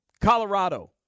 Colorado